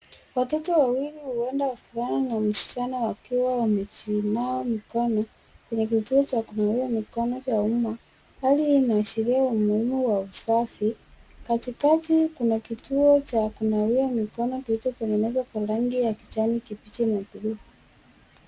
Watoto wawili huenda wavulana na msichana wakiwa wamejinawa mikono kwenye kituo cha kunawia mikono vya umma hali hii inaashiria umuhimu wa usafi katikati kuna kituo cha kunawia mikono kilichotengenezwa kwa rangi ya kijani kibichi na buluu.